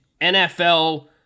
NFL